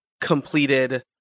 completed